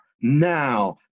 now